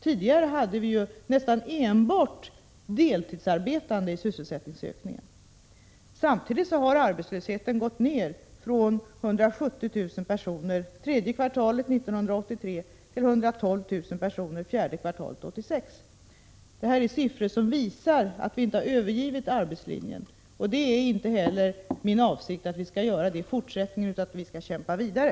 Tidigare ingick nästan enbart deltidsarbetande i sysselsättningsökningen. Samtidigt har arbetslösheten gått ner från 170 000 personer tredje kvartalet 1983 till 112 000 personer fjärde kvartalet 1986. Det är siffror som visar att vi inte har övergivit arbetslinjen. Det är inte heller min avsikt att vi skall göra det i fortsättningen utan att vi skall kämpa vidare.